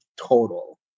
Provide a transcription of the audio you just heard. total